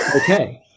okay